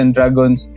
Dragons